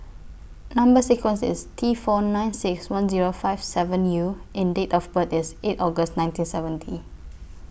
Number sequence IS T four nine six one Zero five seven U and Date of birth IS eight August nineteen seventy